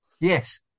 yes